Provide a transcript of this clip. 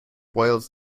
boils